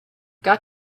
got